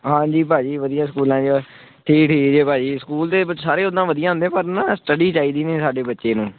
ਹਾਂਜੀ ਭਾਜੀ ਵਧੀਆ ਸਕੂਲਾਂ 'ਚ ਠੀਕ ਠੀਕ ਹੈ ਭਾਅ ਜੀ ਸਕੂਲ ਦੇ ਸਾਰੇ ਓਦਾਂ ਵਧੀਆ ਹੁੰਦੇ ਪਰ ਨਾ ਸਟਡੀ ਚਾਹੀਦੀ ਹੈ ਸਾਡੇ ਬੱਚੇ ਨੂੰ